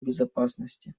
безопасности